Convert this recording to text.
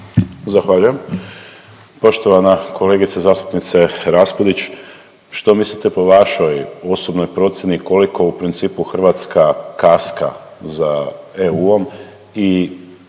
Zahvaljujem. Poštovana kolegice zastupnice Raspudić što mislite po vašoj osobnoj procjeni koliko u principu Hrvatska kaska za EU-om i